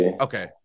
Okay